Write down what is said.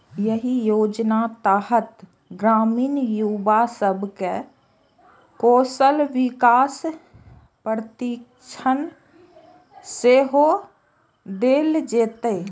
एहि योजनाक तहत ग्रामीण युवा सब कें कौशल विकास प्रशिक्षण सेहो देल जेतै